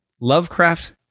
Lovecraft